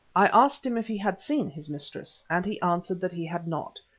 i asked him if he had seen his mistress, and he answered that he had not,